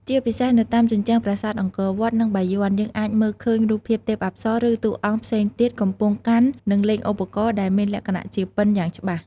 ជាពិសេសនៅតាមជញ្ជាំងប្រាសាទអង្គរវត្ត និងបាយ័ន យើងអាចមើលឃើញរូបភាពទេពអប្សរ ឬតួអង្គផ្សេងទៀតកំពុងកាន់ និងលេងឧបករណ៍ដែលមានលក្ខណៈជាពិណយ៉ាងច្បាស់។